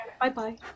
Bye-bye